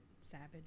Savage